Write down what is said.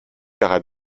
leurs